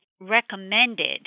recommended